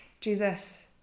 Jesus